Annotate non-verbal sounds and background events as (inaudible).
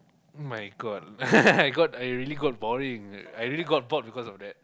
my god (laughs) I got I really got boring I really got bored because of that